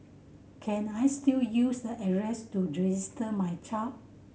can I still use the address to register my child